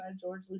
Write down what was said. George